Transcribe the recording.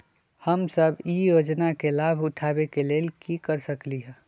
हम सब ई योजना के लाभ उठावे के लेल की कर सकलि ह?